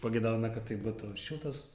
pageidautina kad tai būtų šiltas